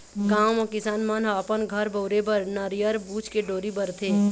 गाँव म किसान मन ह अपन घर बउरे बर नरियर बूच के डोरी बरथे